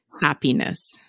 happiness